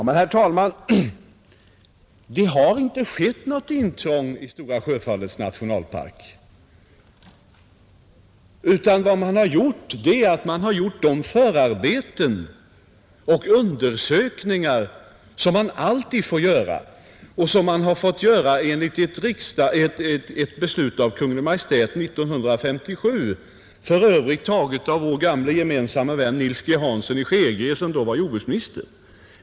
Herr talman! Men det har ju inte skett något intrång i Stora Sjöfallets nationalpark, utan vad som skett är att man har gjort de förarbeten och undersökningar som man har fått göra enligt ett beslut av Kungl. Maj:t 1957, för övrigt fattat av vår gamle gemensamme vän Nils G. Hansson i Skegrie, som då var jordbruksminister.